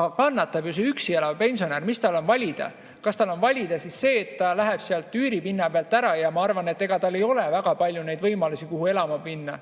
Aga kannatab ju see üksi elav pensionär. Mis tal on valida? Kas tal on valida siis see, et ta läheb sealt üüripinna pealt ära? Ma arvan, et ega tal ei ole väga palju neid võimalusi, kuhu elama minna.